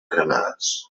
cremades